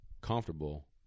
comfortable